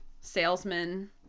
salesman